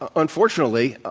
ah unfortunately,